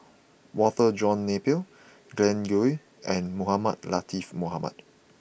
Walter John Napier Glen Goei and Mohamed Latiff Mohamed